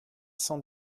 cent